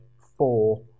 four